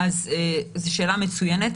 זו שאלה מצוינת.